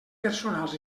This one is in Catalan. personals